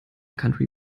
country